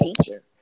teacher